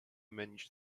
managed